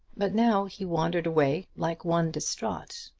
but now he wandered away like one distraught,